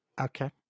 Okay